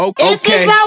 Okay